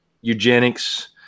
eugenics